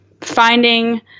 finding